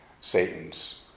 Satan's